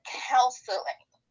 counseling